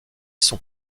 son